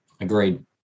agreed